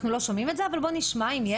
אנחנו לא שומעים את זה, אבל בוא נשמע אם יש.